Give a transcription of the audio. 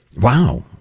Wow